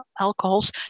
alcohols